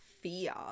fear